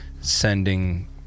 sending